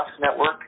Network